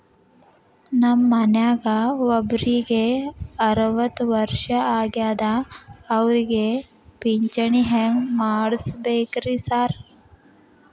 ನಮ್ ಮನ್ಯಾಗ ಒಬ್ರಿಗೆ ಅರವತ್ತ ವರ್ಷ ಆಗ್ಯಾದ ಅವ್ರಿಗೆ ಪಿಂಚಿಣಿ ಹೆಂಗ್ ಮಾಡ್ಸಬೇಕ್ರಿ ಸಾರ್?